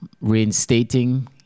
reinstating